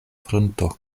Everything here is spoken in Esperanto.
frunto